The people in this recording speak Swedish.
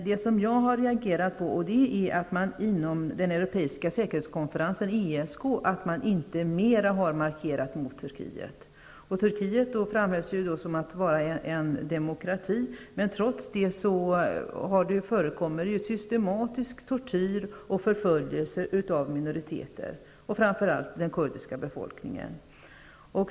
Det som jag har reagerat på är att man inom den europeiska säkerhetskonferensen, ESK, inte gjort en klarare markering mot Turkiet. Turkiet framhölls som en demokrati. Trots det förekommer systematisk tortyr och förföljelse av minoriteter, framför allt den kurdiska befolkningen.